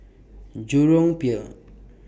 Jurong Pier